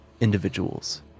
individuals